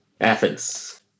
Athens